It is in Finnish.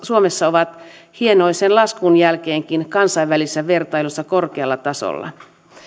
suomessa ovat hienoisen laskun jälkeenkin kansainvälisessä vertailussa korkealla tasolla